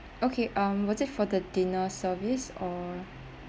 okay um was it for the dinner service or